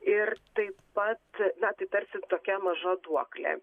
ir taip pat na tai tarsi tokia maža duoklė